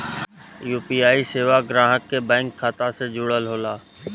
UPI सेवा ग्राहक के बैंक खाता से जुड़ल होला